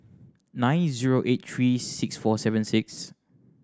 nine zero eight three six four seven six